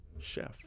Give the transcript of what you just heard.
Chef